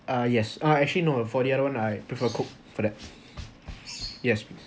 uh yes uh actually no for the other one I prefer coke for that yes please